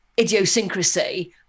idiosyncrasy